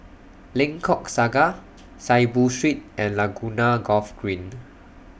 Lengkok Saga Saiboo Street and Laguna Golf Green